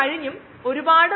അതിന്റെ സൈസ് വരെ വലുത് ആകാം